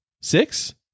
Six